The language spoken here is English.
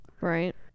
right